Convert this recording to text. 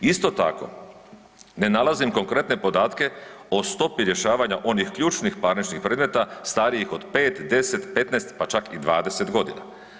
Isto tako, ne nalazim konkretne podatke o stopi rješavanja onih ključnih parničnih predmeta starijih od 5, 10, 15 pa čak i 20 godina.